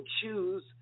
choose